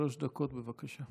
שלוש דקות, בבקשה.